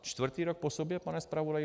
Čtvrtý rok po sobě, pane zpravodaji?